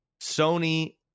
Sony